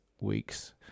week's